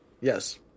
Yes